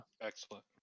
excellent